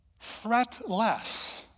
threatless